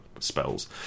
spells